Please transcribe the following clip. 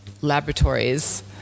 laboratories